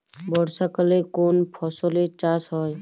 বর্ষাকালে কোন ফসলের চাষ হয়?